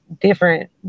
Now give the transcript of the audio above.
different